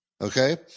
Okay